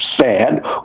sad